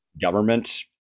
Government